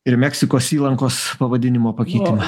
ir meksikos įlankos pavadinimo pakeitimą